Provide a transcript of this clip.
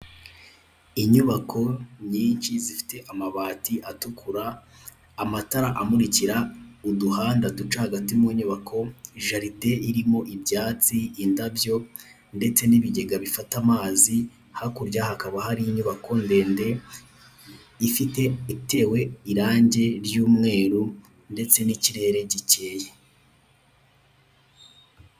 Inyubako nyinshi zifite amabati atukura, amatara amurikira uduhanda duca hagati munyubako, jaride irimo ibyatsi, indabyo ndetse n'ibigega bifata amazi hakurya hakaba hari inyubako ndende ifite itewe irange ry'umweru ndetse n'ikirere gikeye.